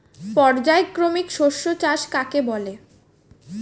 পর্যায়ক্রমিক শস্য চাষ কাকে বলে?